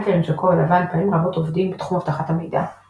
האקרים של כובע לבן פעמים רבות עובדים בתחום אבטחת המחשבים,